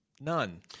none